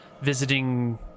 visiting